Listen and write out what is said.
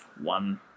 one